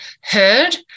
heard